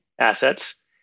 assets